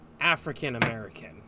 African-American